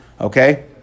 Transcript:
Okay